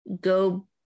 go